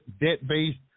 debt-based